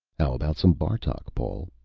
how about some bartok, paul?